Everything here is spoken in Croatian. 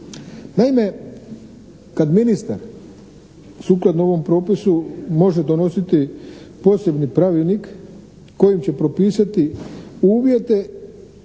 Naime, kad ministar sukladno ovom propisu može donositi posebni pravilnik kojim će propisati uvjete